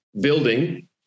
building